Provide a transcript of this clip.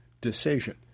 decision